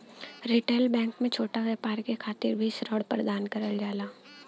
retail bank में छोटा व्यापार के खातिर भी ऋण प्रदान करल जाला